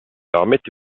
damit